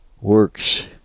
works